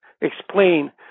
explain